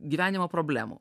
gyvenimo problemų